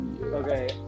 Okay